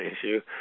issue